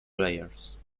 players